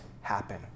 happen